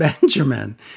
Benjamin